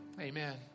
Amen